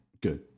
good